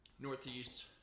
Northeast